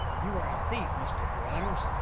you are a thief, mr carrados.